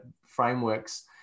frameworks